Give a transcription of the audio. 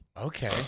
Okay